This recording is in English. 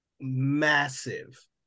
massive